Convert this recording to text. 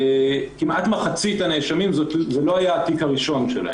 כמעט מחצית הנאשמים זה לא היה התיק הראשון שלהם.